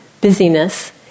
busyness